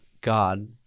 God